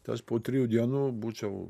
tai aš po trijų dienų būčiau